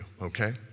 okay